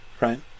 right